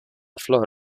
flor